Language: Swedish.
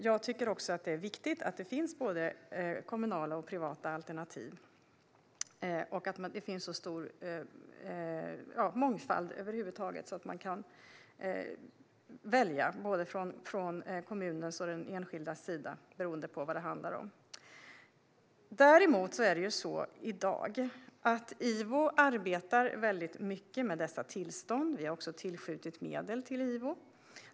Jag tycker också att det är viktigt att det finns både kommunala och privata alternativ och att det finns så stor mångfald att både kommunen och den enskilde kan välja; det beror på vad det handlar om. Däremot är det så i dag att IVO arbetar väldigt mycket med dessa tillstånd, och vi har också tillskjutit medel till IVO.